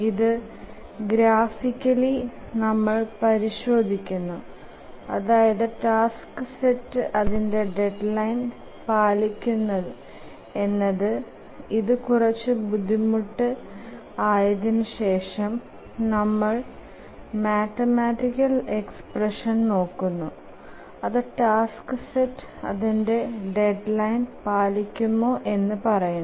ഇതു ഗ്രാഫിക്കലി നമ്മൾ പരിശോദിക്കുന്നു അതായത് ടാസ്ക് സെറ്റ് അതിന്ടെ ഡെഡ്ലൈൻ പാലിക്കുമോ എന്നത് ഇതു കുറച്ചു ബുദ്ധിമുട്ട് ആണ് അതിനു ശേഷം നമ്മൾ മാത്തമറ്റിക്കൽ എക്സ്പ്രഷ്ൻ നോക്കുന്നു അതു ടാസ്ക് സെറ്റ് അതിന്ടെ ഡെഡ്ലൈൻ പാലിക്കുമോ എന്നു പറയുന്നു